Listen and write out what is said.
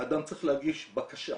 האדם צריך להגיש בקשה,